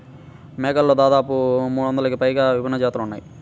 మేకలలో దాదాపుగా మూడొందలకి పైగా విభిన్న జాతులు ఉన్నాయి